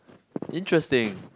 interesting